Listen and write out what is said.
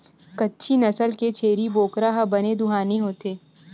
कच्छी नसल के छेरी बोकरा ह बने दुहानी होथे